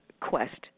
quest